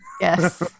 Yes